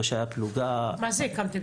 מה שהיה פלוגה --- מה זה הקמתם?